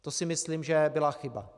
To si myslím, že byla chyba.